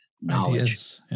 knowledge